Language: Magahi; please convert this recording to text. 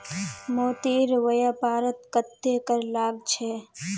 मोतीर व्यापारत कत्ते कर लाग छ